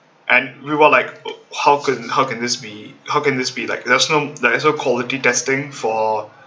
and we were like how can how can this be how can this be like there's no there's so quality testing for